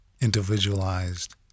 individualized